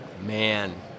Man